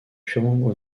purement